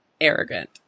arrogant